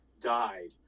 died